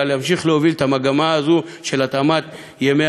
אלא להמשיך להוביל את המגמה הזו של התאמת ימי